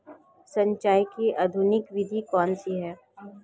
सिंचाई की आधुनिक विधि कौनसी हैं?